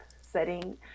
setting